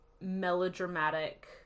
melodramatic